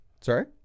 sorry